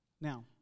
Now